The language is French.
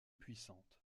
puissante